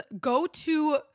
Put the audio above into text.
go-to